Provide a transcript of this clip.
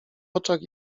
oczach